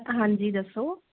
ਹਾਂਜੀ ਦੱਸੋ